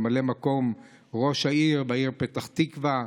ממלא מקום ראש העיר בעיר פתח תקווה,